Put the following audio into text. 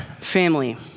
Family